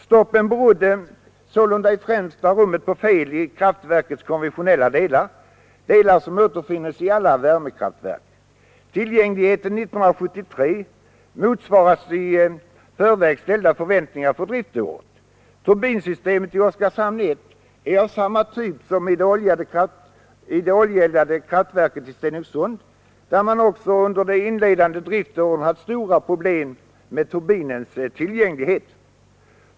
Stoppen berodde sålunda i främsta rummet på fel i kraftverkets konventionella delar — delar som återfinns i alla värmekraftverk. Tillgängligheten 1973 motsvarar i förväg ställda förväntningar för driftåret. Turbinsystemet i Oskarshamn 1 är av samma typ som i det oljeeldade kraftverket i Stenungsund, där man också under de inledande driftåren hade stora problem med turbinernas tillgänglighet.